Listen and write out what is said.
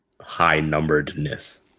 high-numberedness